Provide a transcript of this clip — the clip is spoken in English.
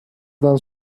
done